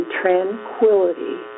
tranquility